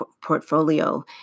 portfolio